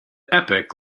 epoch